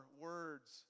words